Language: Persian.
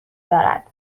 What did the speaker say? دارد